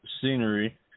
scenery